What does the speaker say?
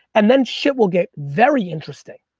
and then shit will get very interesting.